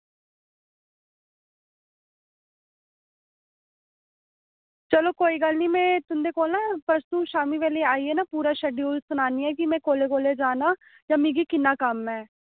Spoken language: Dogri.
ते चलो कोई निं में ना परसों शामीं तुंदे कोल आइयै पूरा शेड्यूल सनानी आं की में कोलै कोलै जाना ते मिगी किन्ना कम्म ऐ